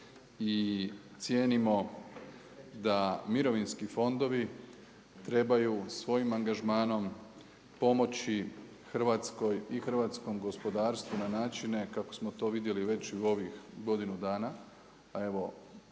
i cijenimo da mirovinski fondovi trebaju svojim angažmanom pomoći Hrvatskoj i hrvatskom gospodarstvu na načine kako smo to vidjeli već i u ovih godinu dana. Pa evo,